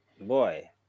Boy